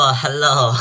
hello